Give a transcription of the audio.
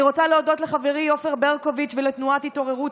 אני רוצה להודות לחברי עופר ברקוביץ ולתנועת התעוררות